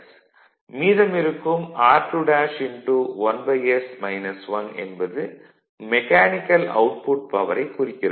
மீதம் இருக்கும் r2'1s 1 என்பது மெக்கானிக்கல் அவுட்புட் பவரைக் குறிக்கிறது